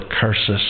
curses